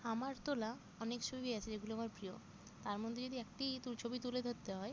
আমার তোলা অনেক ছবি আছে যেগুলি আমার প্রিয় তার মধ্যে যদি একটি তু ছবি তুলে ধরতে হয়